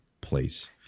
place